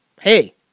hey